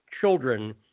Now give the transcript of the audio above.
children